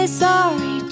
sorry